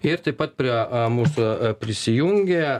ir taip pat prie mūsų prisijungia